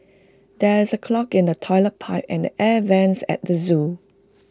there is A clog in the Toilet Pipe and air Vents at the Zoo